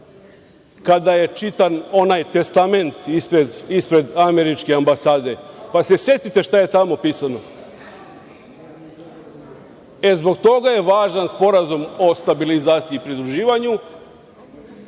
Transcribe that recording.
kada je čitan onaj testament ispred američke ambasade. Setite se šta je tamo pisano. Zbog toga je važan Sporazum o stabilizaciji i pridruživanju,